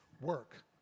work